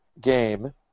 game